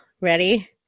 Ready